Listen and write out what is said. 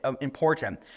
important